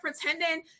pretending